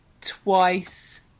twice